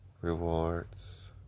rewards